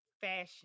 fashion